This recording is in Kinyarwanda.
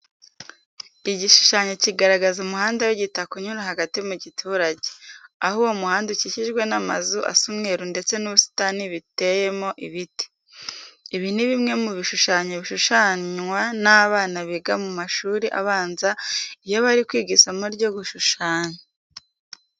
Igishushanyo kigaragaza umuhanda w'igitaka unyura hagati mu giturage, aho uwo muhanda ukikijwe n'amazu asa umweru ndetse n'ubusitani biteyemo ibiti. Ibi ni bimwe mu bishushanyo bishushanwa n'abana biga mu mashuri abanza iyo bari kwiga isomo ryo gushushanya.